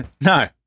No